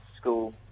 school